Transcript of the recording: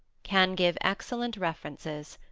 can give excellent references.